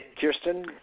Kirsten